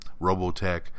Robotech